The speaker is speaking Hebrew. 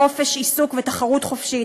חופש עיסוק ותחרות חופשית.